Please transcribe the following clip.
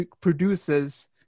produces